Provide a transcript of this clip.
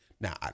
Now